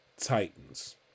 Titans